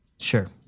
Sure